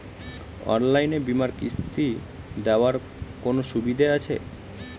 অনলাইনে বীমার কিস্তি দেওয়ার কোন সুবিধে আছে?